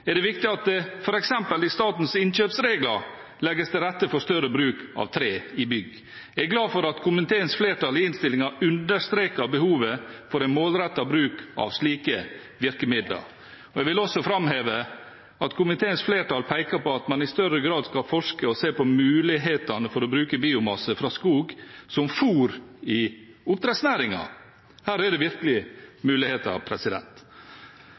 er det viktig at det f.eks. i statens innkjøpsregler legges til rette for større bruk av tre i bygg. Jeg er glad for at komiteens flertall i innstillingen understreker behovet for en målrettet bruk av slike virkemidler. Jeg vil også framheve at komiteens flertall peker på at man i større grad skal forske og se på mulighetene for å bruke biomasse fra skog som fôr i oppdrettsnæringen. Her er det virkelig muligheter.